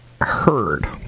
heard